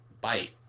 bite